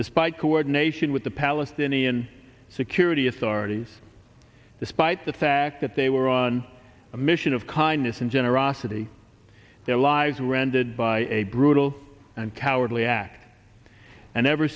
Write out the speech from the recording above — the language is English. despite coordination with the palestinian security authorities despite the fact that they were on a mission of kindness and generosity their lives were ended by a brutal and cowardly act and ever